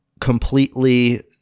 completely